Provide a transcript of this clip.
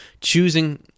choosing